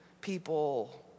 people